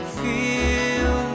feel